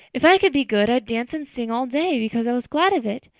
if i could be good i'd dance and sing all day because i was glad of it.